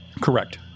Correct